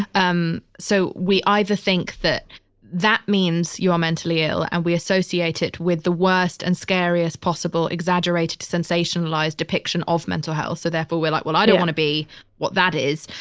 um so we either think that that means you are mentally ill and we associate it with the worst and scariest possible exaggerated sensationalized depiction of mental health. so therefore, we're like, well, i don't want to be what that is.